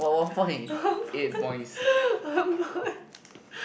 one point one point